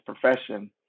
profession